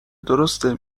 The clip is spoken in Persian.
درسته